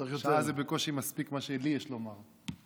שעה זה בקושי מספיק מה שלי יש לומר.